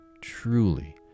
truly